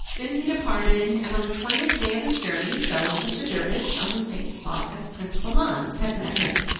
then he departed, and on the twentieth day of his journey fell in with the dervish on the same spot as prince bahman had met him,